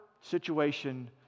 situation